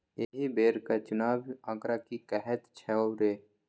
एहि बेरक चुनावी आंकड़ा की कहैत छौ रे